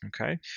Okay